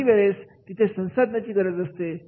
काही वेळेस तिथे संसाधनांची गरज असते